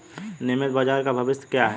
नियमित बाजार का भविष्य क्या है?